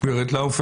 לא איתנו.